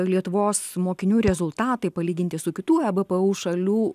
lietuvos mokinių rezultatai palyginti su kitų ebėpėo šalių